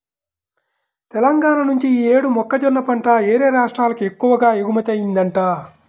తెలంగాణా నుంచి యీ యేడు మొక్కజొన్న పంట యేరే రాష్ట్రాలకు ఎక్కువగా ఎగుమతయ్యిందంట